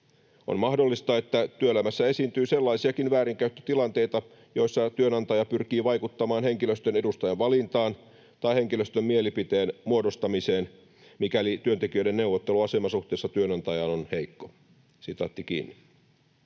On mahdollista, että työelämässä esiintyy sellaisiakin väärinkäyttötilanteita, joissa työnantaja pyrkii vaikuttamaan henkilöstön edustajan valintaan tai henkilöstön mielipiteen muodostamiseen, mikäli työntekijöiden neuvotteluasema suhteessa työnantajaan on heikko.” Lakiesityksen